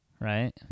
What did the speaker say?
right